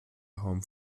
haben